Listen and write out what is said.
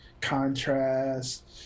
contrast